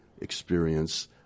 experience